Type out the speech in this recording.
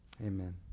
Amen